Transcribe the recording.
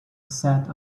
sat